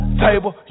table